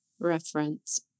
reference